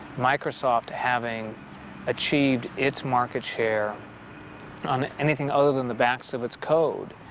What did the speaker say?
microsoft having achieved its market share on anything other than the backs of its code